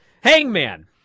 Hangman